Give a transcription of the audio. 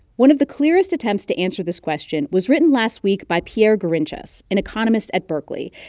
one of the clearest attempts to answer this question was written last week by pierre gourinchas, an economist at berkeley.